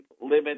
limit